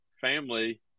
family